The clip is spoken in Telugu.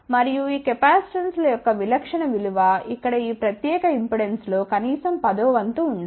మరియు ఈ కెపాసిటెన్స్ల యొక్క విలక్షణ విలువ ఇక్కడ ఈ ప్రత్యేక ఇంపెడెన్స్లో కనీసం పదో వంతు ఉండాలి